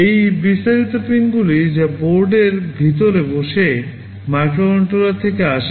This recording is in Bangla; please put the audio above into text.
এই বিস্তারিত পিনগুলি যা বোর্ডের ভিতরে বসে মাইক্রোকন্ট্রোলার থেকে আসে